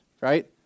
right